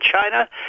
China